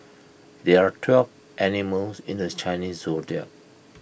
there are twelve animals in this Chinese Zodiac